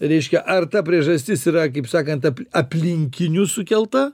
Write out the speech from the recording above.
reiškia ar ta priežastis yra kaip sakant ap aplinkinių sukelta